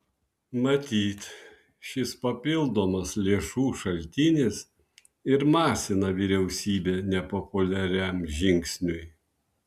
matyt šis papildomas lėšų šaltinis ir masina vyriausybę nepopuliariam žingsniui